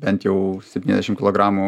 bent jau septyniasdešim kilogramų